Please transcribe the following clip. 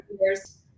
years